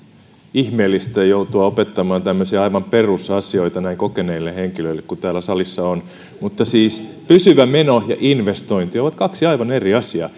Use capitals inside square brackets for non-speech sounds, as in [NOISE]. ihmeellistä joutua opettamaan tämmöisiä aivan perusasioita näin kokeneille henkilöille kuin täällä salissa on mutta siis pysyvä meno ja investointi ovat kaksi aivan eri asiaa [UNINTELLIGIBLE]